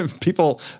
people